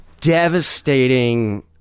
devastating